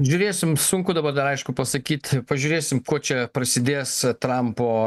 žiūrėsim sunku dabar dar aišku pasakyt pažiūrėsim kuo čia prasidės trampo